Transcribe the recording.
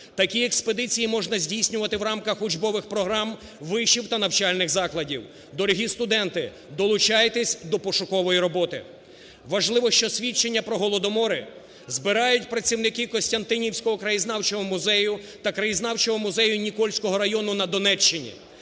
Такі експедиції можна здійснювати в рамках учбових програм вишів та навчальних закладів. Дворогі студенти, долучайтесь до пошукової роботи. Важливо, що свідчення про Голодомори збирають працівники Костянтинівського краєзнавчого музею та краєзнавчого музею Нікольського району на Донеччині.